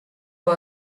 for